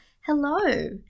Hello